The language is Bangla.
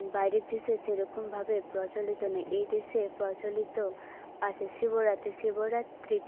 বাইরের দেশে সেরকমভাবে প্রচলিত নেই এই দেশে প্রচলিত আছে শিবরাত্রি শিবরাত্রি